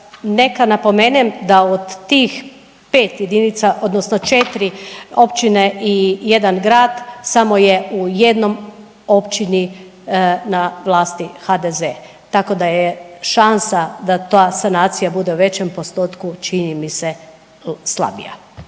neka napomenem da od tih 5 jedinica odnosno 4 općine i 1 grad samo je u jednoj općini na vlasti HDZ, tako da je šansa da ta sanacija bude u većem postotku čini mi se slabija.